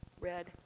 red